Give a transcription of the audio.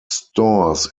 stores